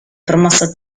promosso